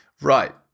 Right